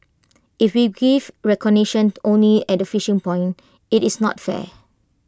if we give recognition only at finishing point IT is not fair